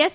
S